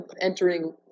entering